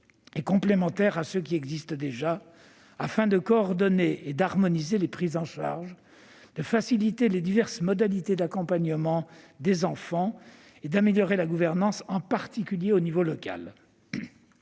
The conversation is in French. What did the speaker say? complémentaires à ceux qui existent déjà, afin de coordonner et d'harmoniser les prises en charge, de faciliter les diverses modalités d'accompagnement des enfants et d'améliorer la gouvernance, en particulier à l'échelon local.